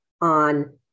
on